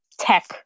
tech